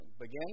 begin